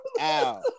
ow